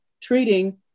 treating